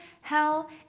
hell